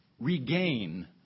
regain